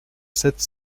sept